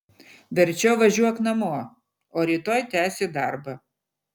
verčiau važiuok namo o rytoj tęsi darbą